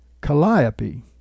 Calliope